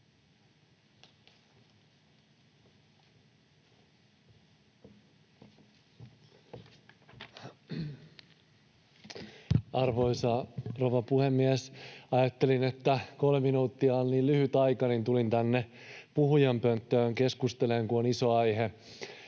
Arvoisa rouva puhemies! Ajattelin, että kolme minuuttia on niin lyhyt aika, että tulin tänne puhujapönttöön keskustelemaan, kun on iso aihe.